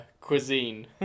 cuisine